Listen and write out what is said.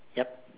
yup